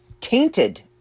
tainted